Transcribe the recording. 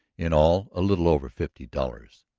in all a little over fifty dollars.